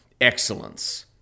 excellence